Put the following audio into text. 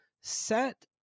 set